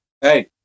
hey